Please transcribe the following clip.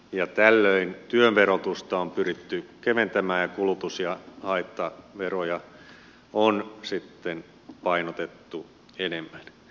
ja tällöin työn verotusta on pyritty keventämään ja kulutus ja haittaveroja on sitten painotettu enemmän